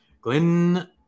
Glenn